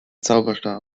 zauberstab